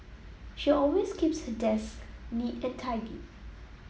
she always keeps her desk neat and tidy